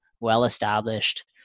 well-established